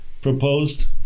proposed